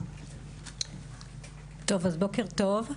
בוקר טוב,